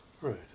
Right